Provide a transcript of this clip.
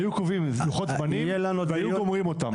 היו קובעים לוחות זמנים והיו גומרים אותן.